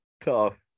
Tough